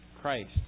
Christ